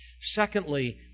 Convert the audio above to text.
Secondly